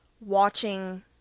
watching